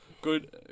good